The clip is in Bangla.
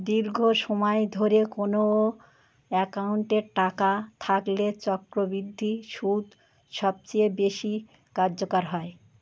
দীর্ঘ সময় ধরে কোনও অ্যাকাউন্টে টাকা থাকলে চক্রবৃদ্ধি সুদ সবচেয়ে বেশি কার্যকর হয়